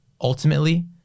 ultimately